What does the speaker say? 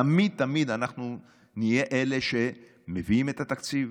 תמיד תמיד אנחנו נהיה אלה שמביאים את התקציב,